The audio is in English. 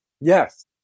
Yes